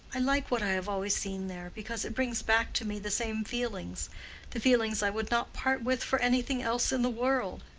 i like what i have always seen there, because it brings back to me the same feelings the feelings i would not part with for anything else in the world.